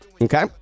okay